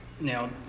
now